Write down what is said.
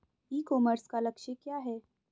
ई commerce का लक्ष्य क्या है?